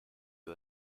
who